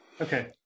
Okay